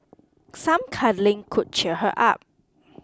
some cuddling could cheer her up